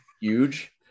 huge